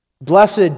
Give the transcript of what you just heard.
Blessed